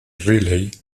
riley